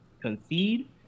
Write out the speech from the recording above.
Concede